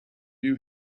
you